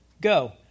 Go